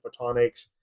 Photonics